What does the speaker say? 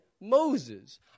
Moses